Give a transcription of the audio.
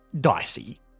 dicey